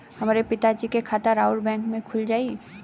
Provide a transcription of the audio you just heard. हमरे पिता जी के खाता राउर बैंक में खुल जाई?